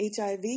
HIV